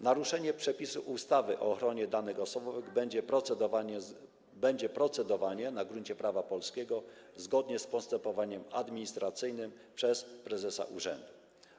Naruszenie przepisów ustawy o ochronie danych osobowych będzie procedowane na gruncie prawa polskiego zgodnie z postępowaniem administracyjnym przez prezesa urzędu.